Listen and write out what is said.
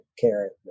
carrot